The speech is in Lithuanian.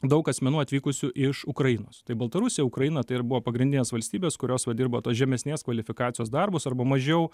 daug asmenų atvykusių iš ukrainos tai baltarusija ukraina tai ir buvo pagrindinės valstybės kurios va dirbo tos žemesnės kvalifikacijos darbus arba mažiau